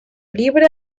libre